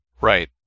Right